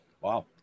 Wow